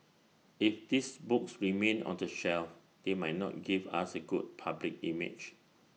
if these books remain on the shelf they might not give us A good public image